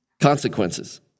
consequences